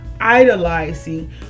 idolizing